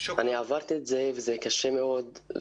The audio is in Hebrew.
אני עברתי את זה וזה קשה מאוד,